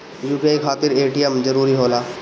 UPI खातिर ATM जरूरी होला?